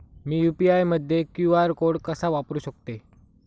मी UPI मध्ये QR code कसा वापरु शकते?